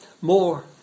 more